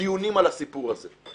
דיונים על הסיפור הזה.